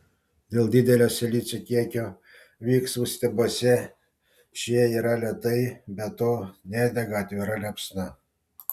dėl didelio silicio kiekio viksvų stiebuose šie yra lėtai be to nedega atvira liepsna